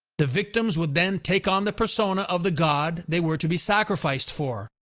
the victims would then take on the persona of the god they were to be sacrificed for.